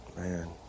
Man